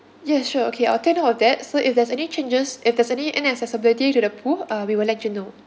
yes sure okay I'll take note of that so if there's any changes if there's any inaccessibility to the pool uh we will let you know